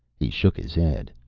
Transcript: he shook his head.